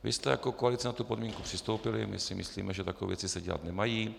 Vy jste jako koalice na tu podmínku přistoupili, my si myslíme, že takové věci se dělat nemají.